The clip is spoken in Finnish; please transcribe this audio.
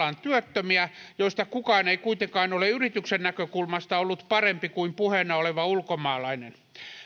työttömiä joista kukaan ei kuitenkaan ole yrityksen näkökulmasta ollut parempi kuin puheena oleva ulkomaalainen